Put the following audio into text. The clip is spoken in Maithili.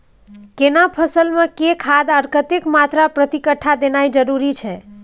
केना फसल मे के खाद आर कतेक मात्रा प्रति कट्ठा देनाय जरूरी छै?